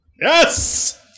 yes